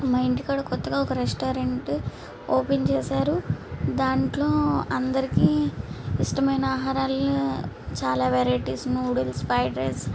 మా ఇంటి కాడ కొత్తగా ఒక రెస్టారెంట్ ఓపెన్ చేసారు దాంట్లో అందరికి ఇష్టమైన ఆహారాలు చాలా వెరైటీస్ న్యుడిల్స్ ఫ్రైడ్ రైస్